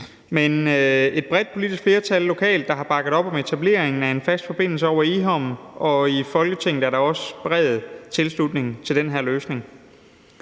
er et bredt politisk flertal, der lokalt har bakket op om etableringen af en fast forbindelse over Egholm, og i Folketinget er der også bred tilslutning til den her løsning.